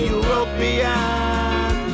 European